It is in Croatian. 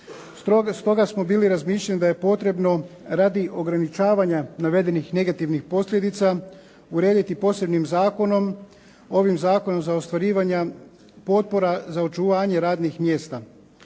Stoga smo bili razmišljanja ja da je potrebno radi ograničavanja navedenih negativnih posljedica urediti posebnim zakonom ovim Zakonom za ostvarivanje potpora za očuvanje radnih mjesta